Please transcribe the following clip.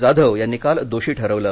जाधव यांनी काल दोषी ठरवलं